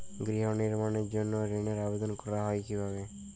গৃহ নির্মাণের জন্য ঋণের আবেদন করা হয় কিভাবে?